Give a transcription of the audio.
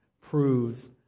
proves